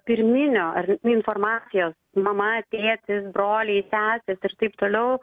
pirminio ar informacijos mama tėtis broliai sesės ir taip toliau